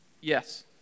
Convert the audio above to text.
Yes